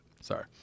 Sorry